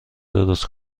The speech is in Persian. درست